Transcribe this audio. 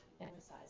emphasize